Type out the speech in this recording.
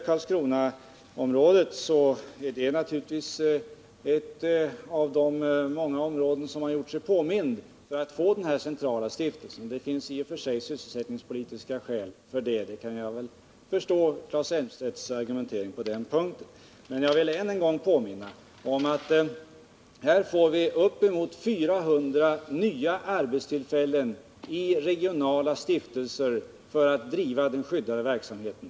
Karlskrona är en av de många kommuner som har gjort sig påminda för att få den centrala stiftelsen. Det finns i och för sig sysselsättningspolitiska skäl för det, och jag kan förstå Claes Elmstedts argumentering på den punkten. Men jag vill än en gång påminna om att vi får uppemot 400 nya arbetstillfällen i regionala stiftelser för att driva den skyddade verksamheten.